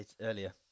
earlier